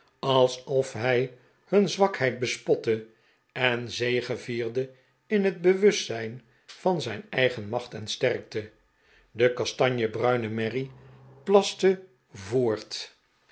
alsof hij hun zwakheid bespotte en zegevierde in het bewustzijn van zijn eigen macht en sterkte de kastanjebruine merrie plaste voort